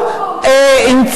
בקולה שלה,